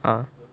ah